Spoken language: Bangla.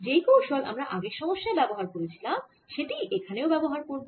যেই কৌশল আমরা আগের সমস্যায় ব্যবহার করেছিলাম সেটিই এখানেও ব্যবহার করব